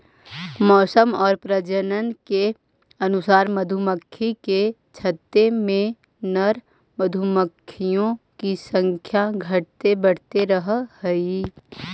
मौसम और प्रजनन के अनुसार मधुमक्खी के छत्ते में नर मधुमक्खियों की संख्या घटते बढ़ते रहअ हई